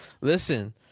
Listen